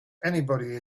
anybody